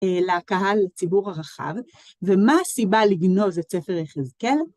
לקהל, לציבור הרחב, ומה הסיבה לגנוז את ספר חזקאל?